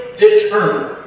determined